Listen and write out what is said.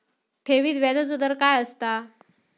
ठेवीत व्याजचो दर काय असता?